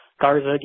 Garza